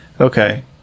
Okay